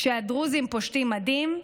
כשהדרוזים פושטים מדים,